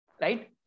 right